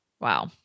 Wow